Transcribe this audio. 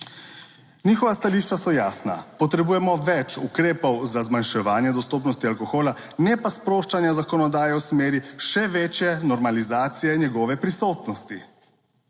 Njihova stališča so jasna: potrebujemo več ukrepov za zmanjševanje dostopnosti alkohola, ne pa sproščanja zakonodaje v smeri še večje normalizacije njegove prisotnosti.